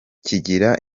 kigira